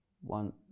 one